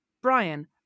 Brian